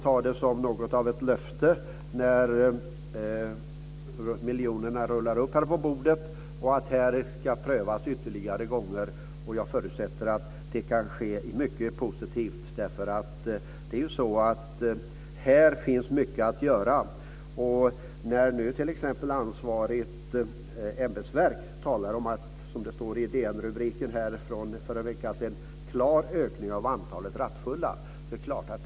Jag får ta det som ett löfte när miljonerna rullar ut på bordet och näringsministern säger att projekt ska prövas. Jag förutsätter att det kan ske i mycket positiv anda. Här finns mycket att göra. Ansvarigt ämbetsverk talar om en klar ökning av antalet rattfulla, som det stod i en DN-rubrik för en vecka sedan.